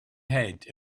head